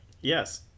Yes